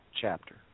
chapter